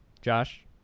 josh